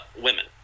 women